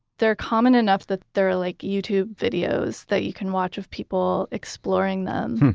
they're common enough that they're like youtube videos that you can watch with people exploring them.